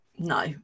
No